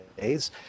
days